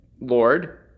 Lord